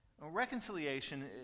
Reconciliation